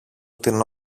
την